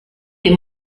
des